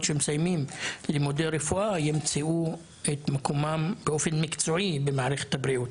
שמסיימים לימודי רפואה ימצאו את מקומם באופן מקצועי במערכת הבריאות.